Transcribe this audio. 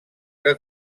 que